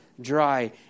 dry